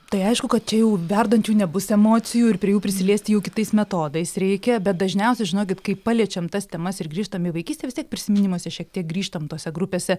tai aišku kad čia jau verdančių nebus emocijų ir prie jų prisiliesti jau kitais metodais reikia bet dažniausiai žinokit kai paliečiam tas temas ir grįžtam į vaikystę vis tiek prisiminimuose šiek tiek grįžtam tose grupėse